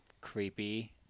creepy